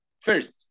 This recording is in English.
first